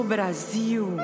Brasil